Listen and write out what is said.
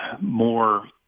more